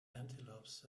antelopes